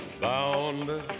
Bound